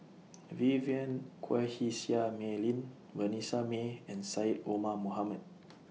Vivien Quahe Seah Mei Lin Vanessa Mae and Syed Omar Mohamed